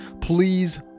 Please